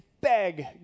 beg